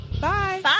Bye